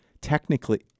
technically